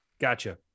Gotcha